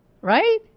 Right